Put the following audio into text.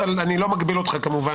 אני לא מגביל אותך כמובן.